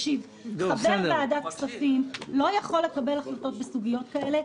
חבר ועדת הכספים לא יכול לקבל החלטות בסוגיות כאלה,